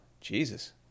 Jesus